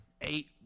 eight